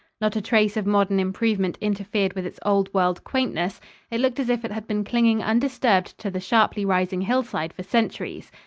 not a trace of modern improvement interfered with its old-world quaintness it looked as if it had been clinging undisturbed to the sharply rising hillside for centuries.